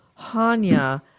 Hanya